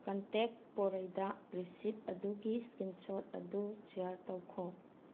contact ꯄꯣꯔꯩꯗ ꯔꯤꯁꯤꯐ ꯑꯗꯨꯒꯤ ꯏꯁꯀ꯭ꯔꯤꯟꯁꯣꯠ ꯑꯗꯨ ꯁꯤꯌꯥꯔ ꯇꯧꯈꯣ